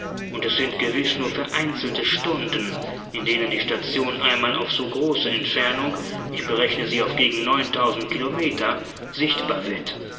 und es sind gewiß nur vereinzelte stunden in denen die station einmal auf so große entfernung ich berechne sie auf gegen kilometer sichtbar wird